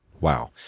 wow